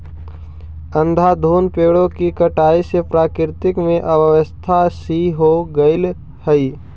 अंधाधुंध पेड़ों की कटाई से प्रकृति में अव्यवस्था सी हो गईल हई